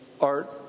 art